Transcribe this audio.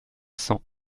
cents